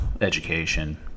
education